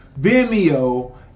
Vimeo